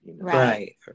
Right